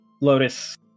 Lotus